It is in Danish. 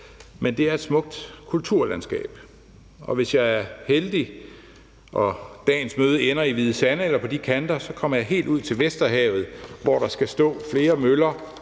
men det er smukt kulturlandskab, og hvis jeg er heldig og dagens møde ender i Hvide Sande eller på de kanter, kommer jeg helt ud til Vesterhavet, hvor der skal stå flere møller,